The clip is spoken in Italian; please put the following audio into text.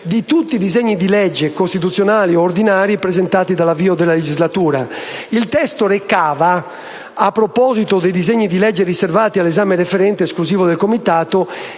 di tutti i disegni di legge costituzionali o ordinari presentati dall'avvio della legislatura. Il testo, a proposito dei disegni di legge riservati all'esame referente esclusivo del Comitato,